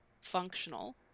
functional